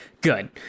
good